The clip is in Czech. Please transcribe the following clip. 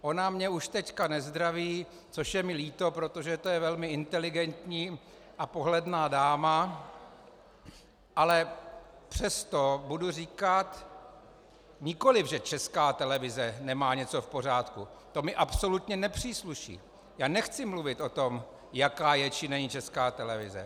Ona mě už teď nezdraví, což je mi líto, protože je to velmi inteligentní a pohledná dáma, ale přesto budu říkat nikoli to, že Česká televize nemá něco v pořádku, to mi absolutně nepřísluší, já nechci mluvit o tom, jaká je, či není Česká televize.